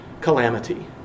calamity